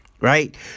right